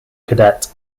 cadet